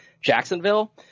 Jacksonville